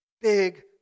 big